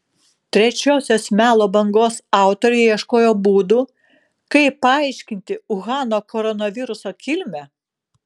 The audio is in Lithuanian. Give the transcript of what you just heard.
trečiosios melo bangos autoriai ieškojo būdų kaip paaiškinti uhano koronaviruso kilmę